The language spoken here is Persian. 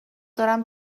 دارم